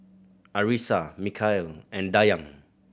Arissa Mikhail and Dayang